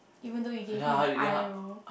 even though you gave me the eye roll